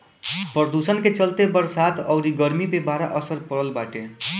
प्रदुषण के चलते बरसात अउरी गरमी पे बड़ा असर पड़ल बाटे